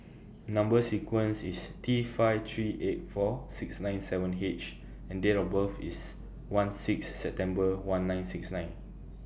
Number sequence IS T five three eight four six nine seven H and Date of birth IS one six September one nine six nine